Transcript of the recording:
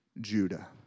Judah